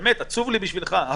באמת עצוב לי בשבילך.